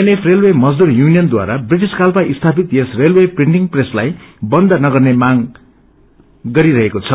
एनपु railway मजदुर युनियनबारा वृदिश कालामा स्थापित यस रेलवे प्रिन्टिङ प्रेसलाई बन्द नगर्ने मांग गरिरहेको छ